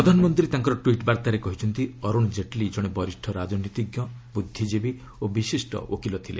ପ୍ରଧାନମନ୍ତ୍ରୀ ତାଙ୍କର ଟ୍ୱିଟ୍ ବାର୍ତ୍ତାରେ କହିଛନ୍ତି ଅରୁଣ ଜେଟଲୀ ଜଣେ ବରିଷ୍ଠ ରାଜନୀତିଜ୍ଞ ବୁଦ୍ଧିଜୀବୀ ଓ ବିଶିଷ୍ଟ ଓକିଲ ଥିଲେ